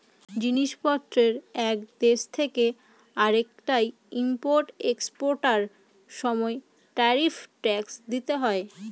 জিনিস পত্রের এক দেশ থেকে আরেকটায় ইম্পোর্ট এক্সপোর্টার সময় ট্যারিফ ট্যাক্স দিতে হয়